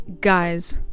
guys